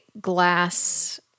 glass